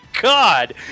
God